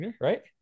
right